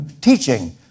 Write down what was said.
teaching